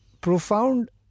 profound